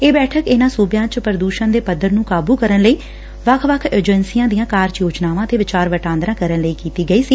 ਇਹ ਬੈਠਕ ਇਨਾਂ ਸੁਬਿਆਂ ਚ ਪੁਦੁਸ਼ਣ ਦੇ ਪੱਧਰ ਨੰ ਕਾਬੁ ਕਰਨ ਲਈ ਵੱਖ ਵੱਖ ਏਜੰਸੀਆਂ ਦੀਆਂ ਕਾਰਜ ਯੋਜਨਾਵਾਂ ਤੇ ਵਿਚਾਰ ਵਟਾਂਦਰਾ ਕਰਨ ਲਈ ਕੀਤੀ ਗਈ ਸੀ